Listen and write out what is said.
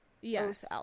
Yes